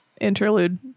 interlude